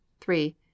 three